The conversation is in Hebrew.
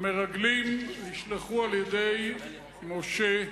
המרגלים נשלחו על-ידי משה,